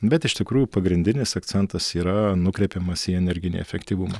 bet iš tikrųjų pagrindinis akcentas yra nukreipiamas į energinį efektyvumą